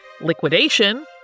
liquidation